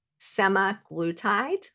semaglutide